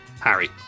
Harry